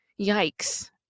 Yikes